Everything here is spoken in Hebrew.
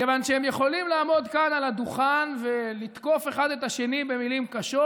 מכיוון שהם יכולים לעמוד כאן על הדוכן ולתקוף אחד את השני במילים קשות,